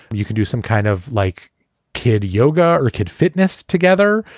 you can do some kind of like kid yoga or kid fitness together,